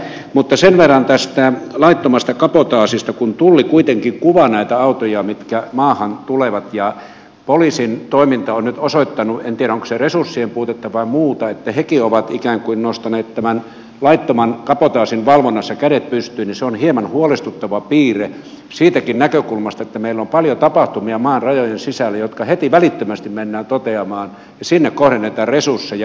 mutta sen verran tästä laittomasta kabotaasista että kun tulli kuitenkin kuvaa näitä autoja mitkä maahan tulevat ja poliisin toiminta on nyt osoittanut en tiedä onko se resurssien puutetta vai muuta että hekin ovat ikään kuin nostaneet tämän laittoman kabotaasin valvonnassa kädet pystyyn niin se on hieman huolestuttava piirre siitäkin näkökulmasta että meillä on maan rajojen sisällä paljon tapahtumia jotka heti välittömästi mennään toteamaan ja sinne kohdennetaan resursseja